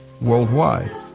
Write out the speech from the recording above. worldwide